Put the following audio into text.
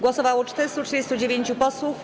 Głosowało 439 posłów.